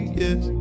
yes